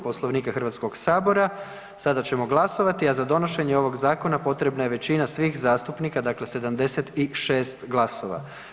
Poslovnika HS-a sada ćemo glasovati, a za donošenje ovog zakona potrebna je većina svih zastupnika, dakle 76 glasova.